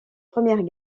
première